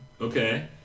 Okay